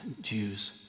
Jews